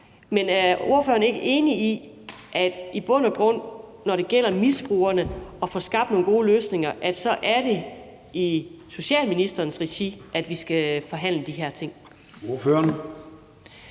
Men er ordføreren ikke enig i, at det i bund og grund, når det gælder misbrugerne og det at få skabt nogle gode løsninger, er i socialministerens regi, vi skal forhandle de her ting?